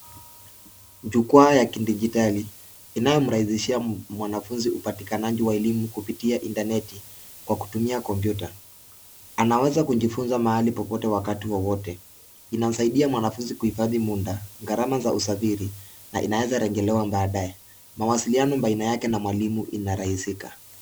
Jukwaa ya dijitali inayomrahisishia mwanafunzi upatikanaji wa elimu kupitia intaneti kwa kutumia kompyuta. Anaweza kujifunza mahali popote wakati wowote. Inamsaidia mwanafunzi kuhifadhi muda, gharama za usafiri na inaweza rejelewa badae. Mawasiliano baina yake na mwalimu inarahisika.